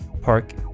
Park